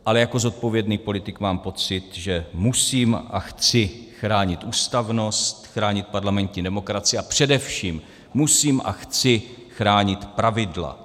Ale jako zodpovědný politik mám pocit, že musím a chci chránit ústavnost, chránit parlamentní demokracii a především musím a chci chránit pravidla.